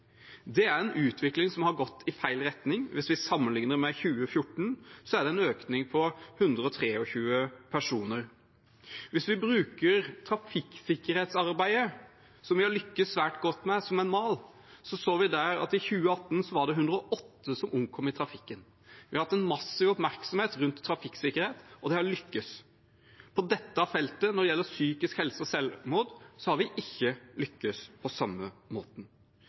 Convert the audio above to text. Det er en utvikling som har gått i feil retning. Hvis vi sammenligner med 2014, er det en økning på 123 personer. Hvis vi bruker trafikksikkerhetsarbeidet – som vi har lyktes svært godt med – som en mal, ser vi at i 2018 omkom 108 i trafikken. Vi har hatt en massiv oppmerksomhet rundt trafikksikkerhet og har lyktes. På feltet psykisk helse og selvmord har vi ikke lyktes på samme